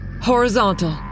Horizontal